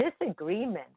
disagreement